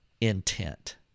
intent